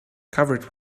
covered